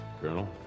Colonel